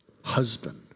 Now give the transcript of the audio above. husband